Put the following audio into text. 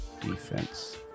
Defense